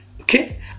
Okay